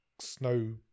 snow